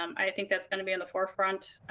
um i think that's going to be on the forefront.